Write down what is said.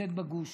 שנמצאת בגוש